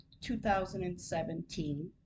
2017